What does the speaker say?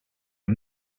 are